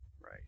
right